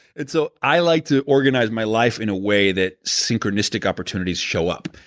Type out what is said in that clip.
and so i like to organize my life in a way that synchronistic opportunities show up.